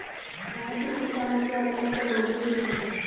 भारत में किसानों की आत्महत्या बहुत ही दुखद है